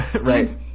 Right